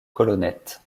colonnettes